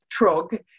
TROG